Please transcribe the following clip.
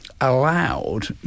allowed